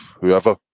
whoever